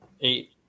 Eight